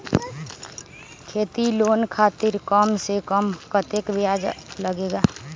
खेती लोन खातीर कम से कम कतेक ब्याज लगेला?